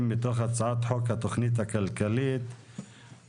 פרק י"ג (רישוי עסקים) מתוך הצעת חוק התכנית הכלכלית (תיקוני